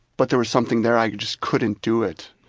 but there was something there, i just couldn't do it.